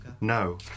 No